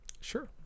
Sure